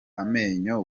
amenyo